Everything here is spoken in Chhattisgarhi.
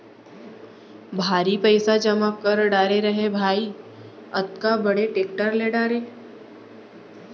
भारी पइसा जमा कर डारे रहें भाई, अतका बड़े टेक्टर ले डारे